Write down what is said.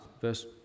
verse